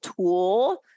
tool